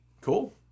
Cool